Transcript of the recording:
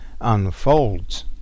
unfolds